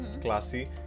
classy